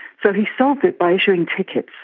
so he started by issuing tickets.